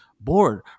bored